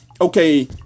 okay